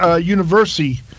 university